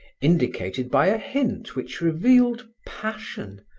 indicated by a hint which revealed passion,